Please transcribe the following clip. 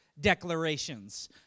declarations